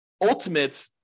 ultimate